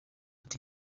ati